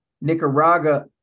Nicaragua